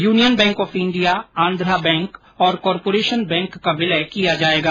union Bank of India Andhra Bank और Corporation Bank का विलय किया जाएगा